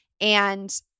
and-